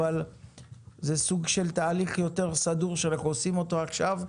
אבל זה סוג של תהליך יותר סדור של איך עושים אותו עכשיו.